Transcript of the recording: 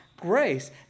grace